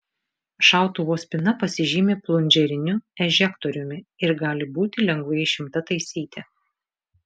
šautuvo spyna pasižymi plunžeriniu ežektoriumi ir gali būti lengvai išimta taisyti